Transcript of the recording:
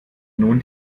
nun